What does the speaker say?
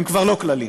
הם כבר לא כללים.